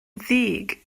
ddig